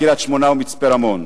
קריית-שמונה ומצפה-רמון.